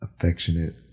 Affectionate